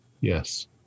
Yes